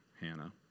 Hannah